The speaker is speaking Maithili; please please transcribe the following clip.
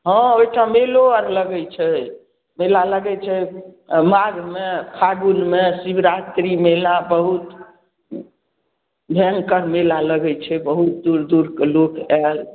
हँ ओहिठाम मेलो आर लगैत छै मेला लगैत छै माघमे फागुनमे शिवरात्रि मेला बहुत भयङ्कर मेला लगैत छै बहुत दूर दूरके लोक आएल